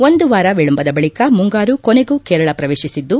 ಒಂದು ವಾರ ವಿಳಂಬದ ಬಳಿಕ ಮುಂಗಾರು ಕೊನೆಗೂ ಕೇರಳ ಪ್ರವೇತಿಸಿದ್ದು